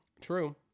True